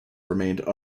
remained